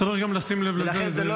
צריך לשים לב גם לזה, זה מאוד חשוב.